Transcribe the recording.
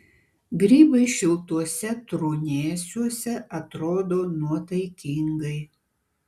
grybai šiltuose trūnėsiuose atrodo nuotaikingai